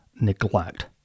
neglect